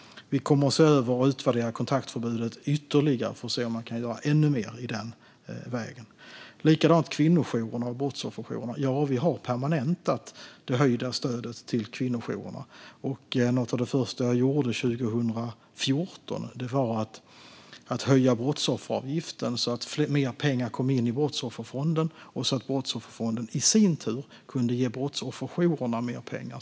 Vi kommer att se över och utvärdera kontaktförbudet ytterligare för att se om man kan göra ännu mer i den vägen. Det är likadant med kvinno och brottsofferjourerna där vi har permanentat det höjda stödet. Något av det första jag gjorde 2014 var att höja brottsofferavgiften så att mer pengar kom in i Brottsofferfonden så att den i sin tur kunde ge brottsofferjourerna mer pengar.